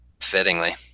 fittingly